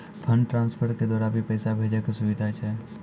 Fund transfer के द्वारा भी पैसा भेजै के सुविधा छै?